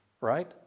Right